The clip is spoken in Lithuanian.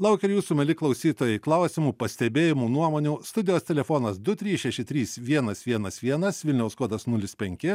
laukiam jūsų mieli klausytojai klausimų pastebėjimų nuomonių studijos telefonas du trys šeši trys vienas vienas vienas vilniaus kodas nulis penki